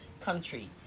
country